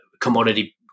commodity